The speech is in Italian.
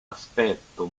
aspetto